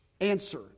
answer